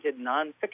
nonfiction